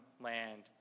land